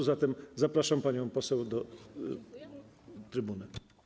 A zatem zapraszam panią poseł na trybunę.